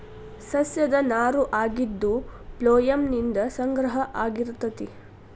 ಸಸ್ಯದ ನಾರು ಆಗಿದ್ದು ಪ್ಲೋಯಮ್ ನಿಂದ ಸಂಗ್ರಹ ಆಗಿರತತಿ